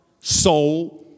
soul